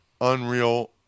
unreal